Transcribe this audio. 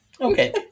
Okay